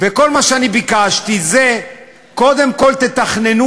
וכל מה שאני ביקשתי זה: קודם כול תתכננו